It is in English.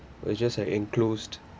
uh just a enclosed